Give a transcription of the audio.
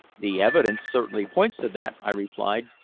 the evidence certainly points to that, i replied.